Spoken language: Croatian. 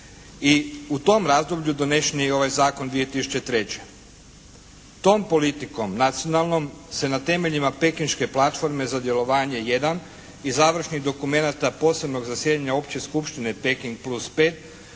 i u tom razdoblju donesen je i ovaj zakon 2003. Tom politikom nacionalnom se na temeljima Pekinške platforme za djelovanje 1 i završnih dokumenata posebnog zasjedanja Opće skupštine Peking plus 5